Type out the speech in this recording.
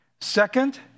Second